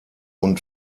und